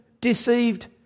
deceived